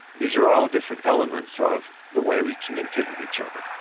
these are all different elements of the way we communicate with each other.